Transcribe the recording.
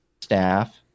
staff